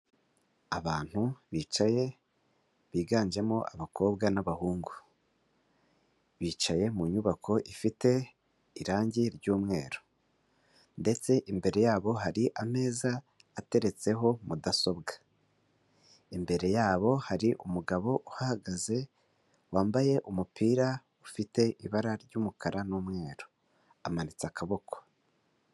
Abantu bicaye, biganjemo abakobwa n'abahungu, bicaye mu nyubako ifite irangi ry'umweru ndetse imbere yabo hari ameza ateretseho mudasobwa, imbere yabo hari umugabo uhahagaze, wambaye umupira ufite ibara ry'umukara n'umweru, amanitse akaboko.